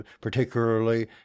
particularly